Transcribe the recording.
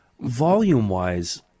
Volume-wise